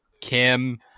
Kim